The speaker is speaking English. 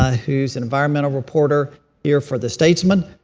ah who's an environmental reporter here for the statesman.